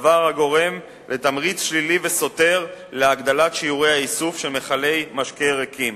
דבר הגורם לתמריץ שלילי וסותר להגדלת שיעורי האיסוף של מכלי משקה ריקים.